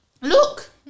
Look